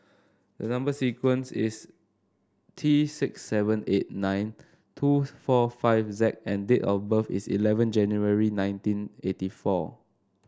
the number sequence is T six seven eight nine two four five Z and date of birth is eleven January nineteen eighty four